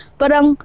parang